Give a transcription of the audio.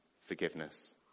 forgiveness